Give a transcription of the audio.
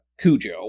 Cujo